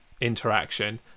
interaction